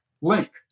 link